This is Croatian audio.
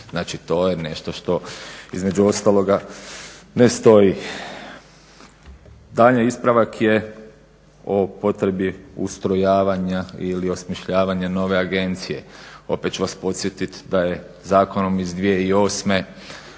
znači to je nešto što između ostaloga ne stoji. Daljnji ispravak je o potrebi ustrojavanja ili osmišljavanja nove agencije. Opet ću vas podsjetiti da je zakonom iz 2008.koju